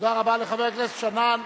תודה רבה לחבר הכנסת שנאן.